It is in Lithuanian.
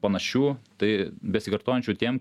panašių tai besikartojančių tiem